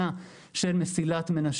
להפעיל אותה גם ב-2031 כחלק ממסילת מנשה.